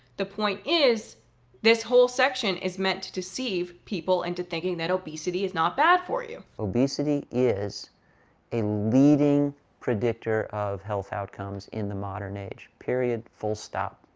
the point is this whole section is meant to deceive people into thinking that obesity is not bad for you. obesity is a leading predictor of health outcomes in the modern age, period, full stop.